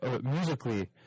musically